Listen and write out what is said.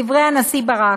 דברי הנשיא ברק,